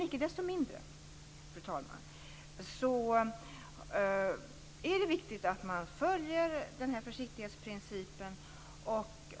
Icke desto mindre, fru talman, är det viktigt att man följer försiktighetsprincipen.